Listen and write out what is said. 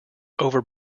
over